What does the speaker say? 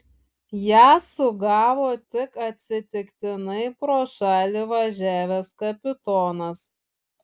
ją sugavo tik atsitiktinai pro šalį važiavęs kapitonas